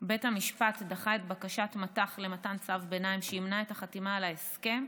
בית המשפט דחה את בקשת מט"ח למתן צו ביניים שימנע את החתימה על ההסכם,